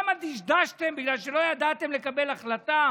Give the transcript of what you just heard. למה דשדשתם, בגלל שלא ידעתם לקבל החלטה?